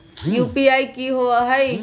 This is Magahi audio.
यू.पी.आई कि होअ हई?